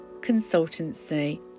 Consultancy